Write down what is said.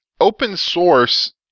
open-source